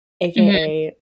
aka